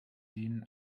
denen